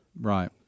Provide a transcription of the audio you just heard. Right